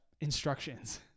instructions